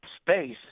space